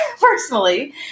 personally